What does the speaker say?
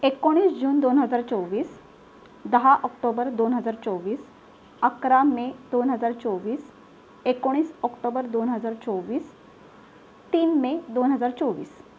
एकोणीस जून दोन हजार चोवीस दहा ऑक्टोबर दोन हजार चोवीस अकरा मे दोन हजार चोवीस एकोणीस ऑक्टोबर दोन हजार चोवीस तीन मे दोन हजार चोवीस